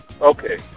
Okay